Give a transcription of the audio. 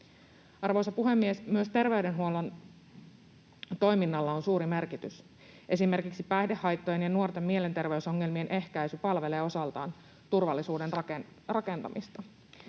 Arvoisa puhemies! Myös terveydenhuollon toiminnalla on suuri merkitys. Esimerkiksi päihdehaittojen ja nuorten mielenterveysongelmien ehkäisy palvelee osaltaan turvallisuuden rakentamista.